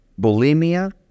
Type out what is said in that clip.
bulimia